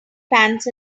pants